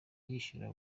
yishyura